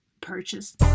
purchase